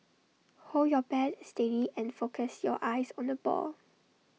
hold your bat steady and focus your eyes on the ball